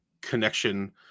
connection